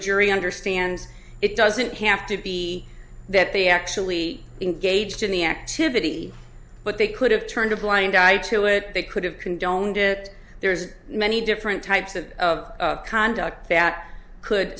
jury understands it doesn't have to be that they actually engaged in the activity but they could have turned a blind eye to it they could have condoned it there's many different types of conduct that could